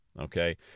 Okay